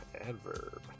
adverb